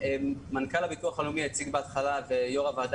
מנכ"ל הביטוח הלאומי ויושבת-ראש הוועדה